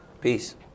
peace